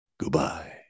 Goodbye